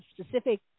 specific